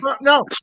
No